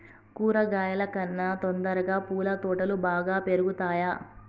కూరగాయల కన్నా తొందరగా పూల తోటలు బాగా పెరుగుతయా?